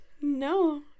No